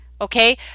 okay